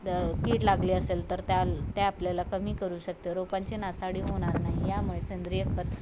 the कीड लागले असेल तर त्या त्या आपल्याला कमी करू शकतो रोपांची नासाडी होणार नाही यामुळे सेंद्रिय खत